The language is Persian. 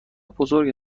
بزرگ